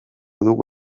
dugu